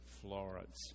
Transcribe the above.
Florence